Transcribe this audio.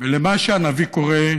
ולמה שהנביא קורא,